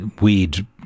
weed